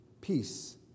Peace